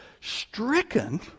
stricken